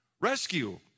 Rescue